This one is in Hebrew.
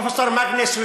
אינטליגנטית אחת.